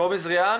זריהן